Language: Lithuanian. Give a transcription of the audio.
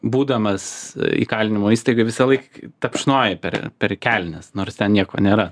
būdamas įkalinimo įstaigoj visąlaik tapšnoji per per kelnes nors ten nieko nėra